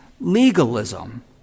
legalism